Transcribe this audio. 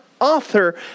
Author